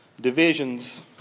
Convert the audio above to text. Divisions